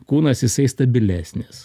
kūnas jisai stabilesnis